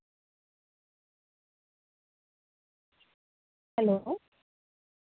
hello